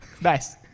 Nice